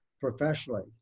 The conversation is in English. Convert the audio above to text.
professionally